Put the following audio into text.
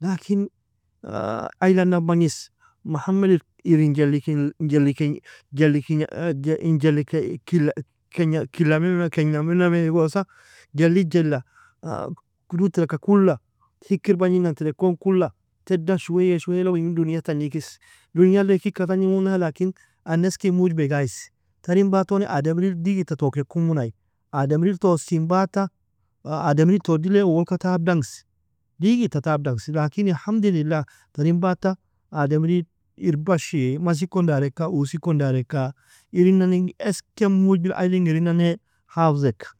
Lakin aylan dan bagnis, Mahamad ir in jelli kella menami igosa, jelli jella, kudud tereka kulla, hikir bagninan terekon kulla, tedan shuwaye shuwaye lagu ingir dunyag tanjikisi, dunya lei kika tagnimuna, lakin ann esken mujbeg aysi. Tarin baaton ademril digita token kumun ay, ademril tosin bata, ademril todile uolka tab dangsi, digita tab dangsi, lakin yan حمد لله tarin bata ademril irbashii, masikon dareka, uosikon dareka, irinan esken mujbil ayling irinan hafzeka.